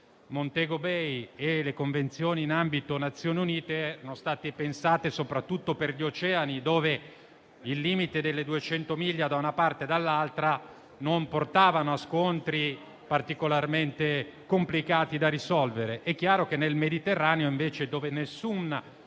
Montego Bay e tutte le altre in ambito Nazioni Unite sono state pensate soprattutto per gli oceani, dove il limite di 200 miglia da una parte e dall'altra non portano a scontri particolarmente complicati da risolvere. È chiaro che nel territorio, invece, dove nessun